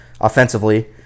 offensively